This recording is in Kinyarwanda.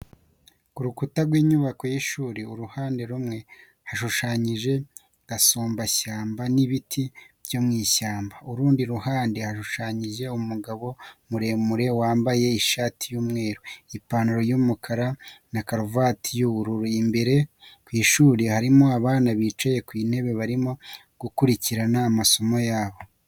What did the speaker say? Ku rukuta rw'inyubako y'ishuri uruhande rumwe hashushanyijeho gasumbashyamba n'ibiti byo mu ishyamba, urundi ruhande hashushanyijeho umugabo muremure wambaye ishati y'umweru, ipantaro y'umukara na karuvati y'ubururu, imbere mu ishuri harimo abana bicaye ku ntebe barimo gukurikira amasomo yabo,